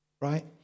right